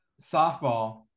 softball